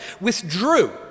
withdrew